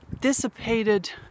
dissipated